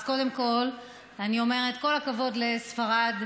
אז קודם כול אני אומרת: כל הכבוד לספרד,